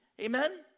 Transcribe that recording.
Amen